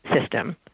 system